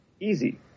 easy